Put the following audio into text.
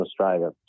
Australia